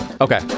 okay